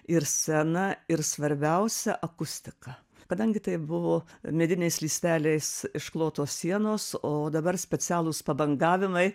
ir scena ir svarbiausia akustika kadangi tai buvo medinės lysvelės išklotos sienos o dabar specialūs pabangavimai